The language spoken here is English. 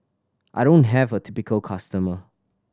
I don't have a typical customer